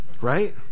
right